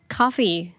coffee